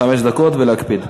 בבקשה, חמש דקות, ולהקפיד.